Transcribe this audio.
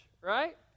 right